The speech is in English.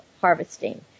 harvesting